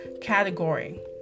category